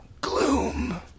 Gloom